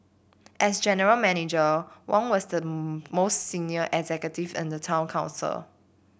as general Manager Wong was the most senior executive in the town council